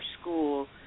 school